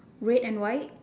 red and white